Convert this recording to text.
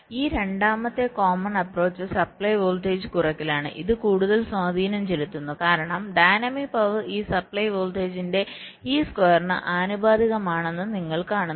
അതിനാൽ ഈ രണ്ടാമത്തെ കോമൺ അപ്പ്രോച്ച് സപ്ലൈ വോൾട്ടേജ് കുറയ്ക്കലാണ് ഇത് കൂടുതൽ സ്വാധീനം ചെലുത്തുന്നു കാരണം ഡൈനാമിക് പവർ ഈ സപ്ലൈ വോൾട്ടേജിന്റെ ഈ സ്ക്വയർന് ആനുപാതികമാണെന്ന് നിങ്ങൾ കാണുന്നു